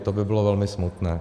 To by bylo velmi smutné.